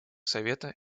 совета